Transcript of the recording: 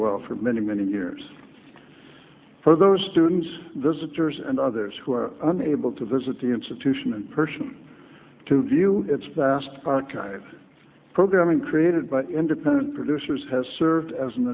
well for many many years for those students visitors and others who are unable to visit the institution in person to view its vast archive programming created by independent producers has served as an